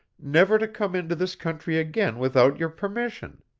never to come into this country again without your permission.